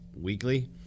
weekly